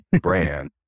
brand